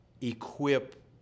equip